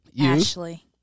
Ashley